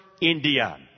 India